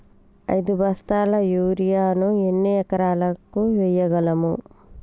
ఐదు బస్తాల యూరియా ను ఎన్ని ఎకరాలకు వేయగలము?